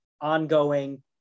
ongoing